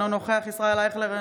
אינו נוכח ישראל אייכלר,